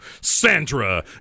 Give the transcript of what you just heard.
Sandra